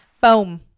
Boom